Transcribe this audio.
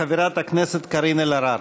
חברת הכנסת קארין אלהרר.